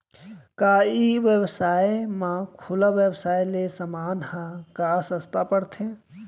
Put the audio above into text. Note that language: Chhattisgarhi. का ई व्यवसाय म खुला व्यवसाय ले समान ह का सस्ता पढ़थे?